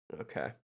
Okay